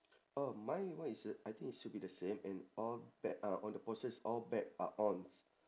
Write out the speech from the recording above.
oh my one is uh I think it should be the same and all bet ah on the poster is all bet are on